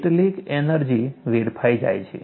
કેટલીક એનર્જી વેડફાઈ જાય છે